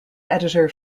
editor